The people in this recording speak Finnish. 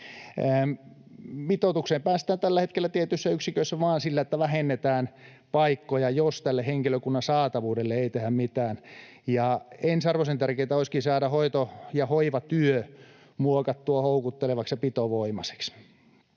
Mitoitukseen päästään tällä hetkellä tietyissä yksiköissä vain sillä, että vähennetään paikkoja, jos tälle henkilökunnan saatavuudelle ei tehdä mitään. Ja ensiarvoisen tärkeätä olisikin saada hoito- ja hoivatyö muokattua houkuttelevaksi ja pitovoimaiseksi.